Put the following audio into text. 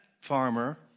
farmer